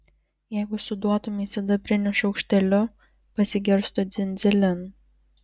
jeigu suduotumei sidabriniu šaukšteliu pasigirstų dzin dzilin